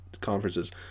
conferences